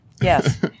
Yes